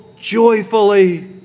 joyfully